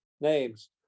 names